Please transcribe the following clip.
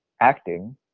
acting